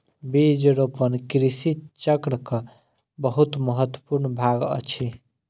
बीज रोपण कृषि चक्रक बहुत महत्वपूर्ण भाग अछि